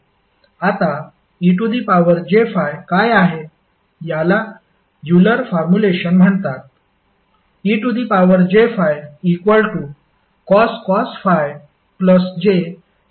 आता ej∅ काय आहे याला यूलर फार्मुलेषण म्हणतात ej∅cos ∅ jsin ∅